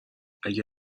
اگه